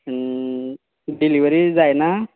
delivery जायना